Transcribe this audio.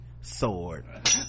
sword